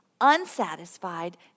unsatisfied